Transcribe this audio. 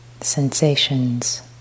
sensations